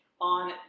on